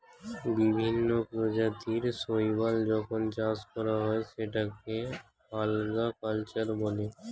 বিভিন্ন প্রজাতির শৈবাল যখন চাষ করা হয় সেটাকে আল্গা কালচার বলে